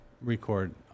record